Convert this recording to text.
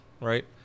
right